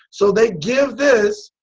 so they give this